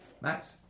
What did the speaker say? Max